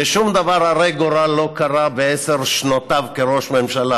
ששום דבר הרה גורל לא קרה בעשר שנותיו כראש ממשלה,